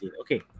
Okay